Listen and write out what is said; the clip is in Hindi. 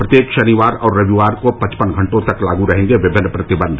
प्रत्येक शनिवार और रविवार को पचपन घंटों तक लागू रहेंगे विभिन्न प्रतिबन्ध